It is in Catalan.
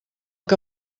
que